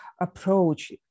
approach